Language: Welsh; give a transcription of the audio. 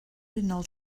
unol